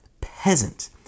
peasant